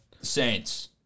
Saints